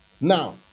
Now